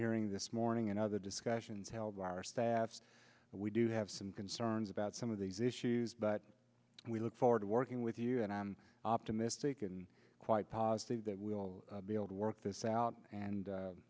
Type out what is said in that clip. hearing this morning and other discussion tell virus status but we do have some concerns about some of these issues but we look forward to working with you and i'm optimistic and quite positive that we'll be able to work this out and